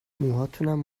موهاتونم